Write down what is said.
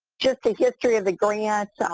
just a history of the grants.